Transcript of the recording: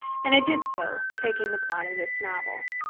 and i did so, taking the plot of this novel.